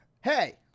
Hey